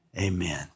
Amen